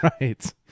Right